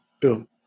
Boom